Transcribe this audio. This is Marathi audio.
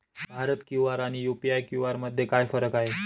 भारत क्यू.आर आणि यू.पी.आय क्यू.आर मध्ये काय फरक आहे?